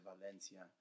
Valencia